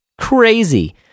Crazy